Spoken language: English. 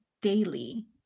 daily